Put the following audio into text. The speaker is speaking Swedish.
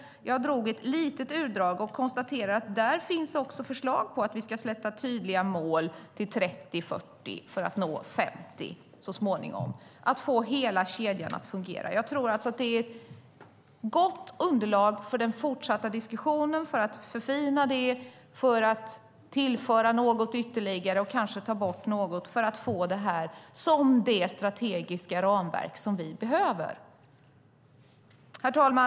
Jag tog upp ett litet utdrag och konstaterade att där finns förslag om att vi ska sätta tydliga mål till 30 och 40 för att så småningom nå 50. Det handlar om att få hela kedjan att fungera. Jag tror att det är ett gott underlag för den fortsatta diskussionen. Det handlar om att förfina det, att tillföra något ytterligare och kanske ta bort något för att få det strategiska ramverk som vi behöver. Herr talman!